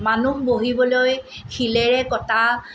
মানুহ বহিবলৈ শিলেৰে কটা